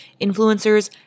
influencers